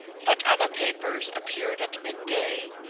but other papers appeared at mid-day,